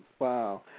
Wow